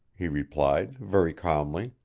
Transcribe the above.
he replied very calmly.